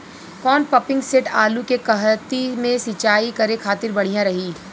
कौन pumping set आलू के कहती मे सिचाई करे खातिर बढ़िया रही?